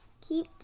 keep